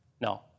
no